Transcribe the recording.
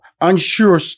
unsure